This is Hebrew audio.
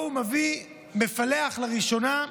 הוא מפלח לראשונה,